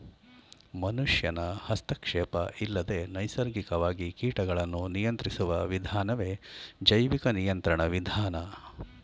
ಮನುಷ್ಯನ ಹಸ್ತಕ್ಷೇಪ ಇಲ್ಲದೆ ನೈಸರ್ಗಿಕವಾಗಿ ಕೀಟಗಳನ್ನು ನಿಯಂತ್ರಿಸುವ ವಿಧಾನವೇ ಜೈವಿಕ ನಿಯಂತ್ರಣ ವಿಧಾನ